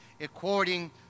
according